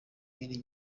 yindi